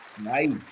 nice